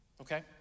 okay